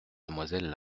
demoiselles